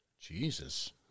Jesus